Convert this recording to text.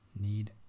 Need